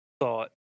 thought